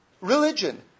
religion